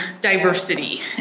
diversity